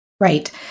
Right